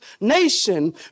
nation